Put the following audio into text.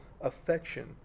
affection